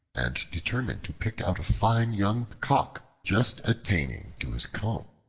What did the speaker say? and determined to pick out a fine young cock just attaining to his comb.